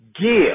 give